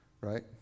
Right